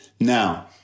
Now